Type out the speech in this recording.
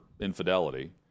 infidelity